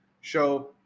show